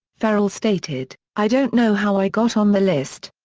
ferrell stated i don't know how i got on the list.